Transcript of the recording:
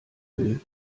will